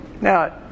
Now